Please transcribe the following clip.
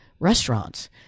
Restaurants